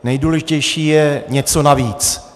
Nejdůležitější je něco navíc.